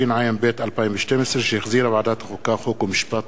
תידון בוועדת העבודה, הרווחה והבריאות.